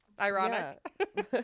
Ironic